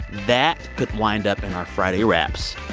that could wind up in our friday wraps.